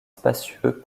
spacieux